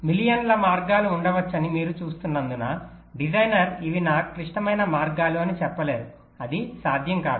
మిలియన్ల మార్గాలు ఉండవచ్చని మీరు చూస్తున్నందున డిజైనర్ ఇవి నా క్లిష్టమైన మార్గాలు అని చెప్పలేరు అది సాధ్యం కాదు